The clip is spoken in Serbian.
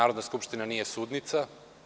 Narodna skupština nije sudnica.